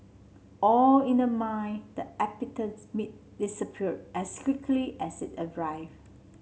all in the mind the disappeared as quickly as it arrived